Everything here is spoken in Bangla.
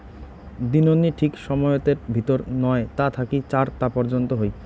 দিননি ঠিক সময়তের ভিতর নয় তা থাকি চার তা পর্যন্ত হই